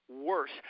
worse